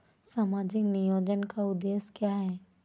सामाजिक नियोजन का उद्देश्य क्या है?